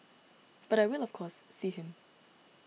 but I will of course see him